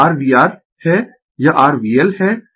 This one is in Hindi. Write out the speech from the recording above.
यह r VL है और यह r VC है